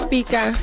Pika